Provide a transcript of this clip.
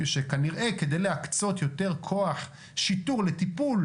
שכנראה כדי להקצות יותר כוח שיטור לטיפול